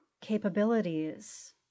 capabilities